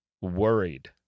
worried